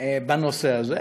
בנושא הזה,